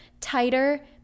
tighter